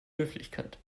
höflichkeit